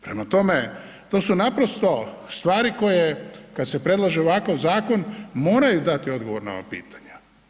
Prema tome, to su naprosto stvari koje, kad se predlaže ovakav zakon, moraju dati odgovori na ova pitanja.